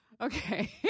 okay